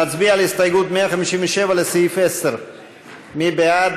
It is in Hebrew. נצביע על הסתייגות 157, לסעיף 10. מי בעד?